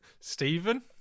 Stephen